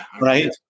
Right